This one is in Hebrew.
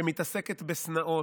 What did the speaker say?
שמתעסקת בשנאות,